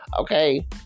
Okay